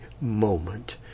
moment